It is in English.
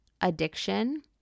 addiction